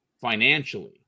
financially